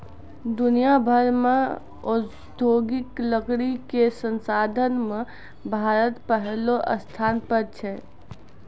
दुनिया भर मॅ औद्योगिक लकड़ी कॅ संसाधन मॅ भारत पहलो स्थान पर छै